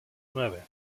nueve